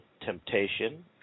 temptation